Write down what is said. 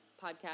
podcast